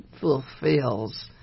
fulfills